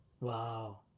wow